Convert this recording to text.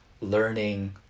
learning